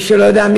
מי שלא יודע,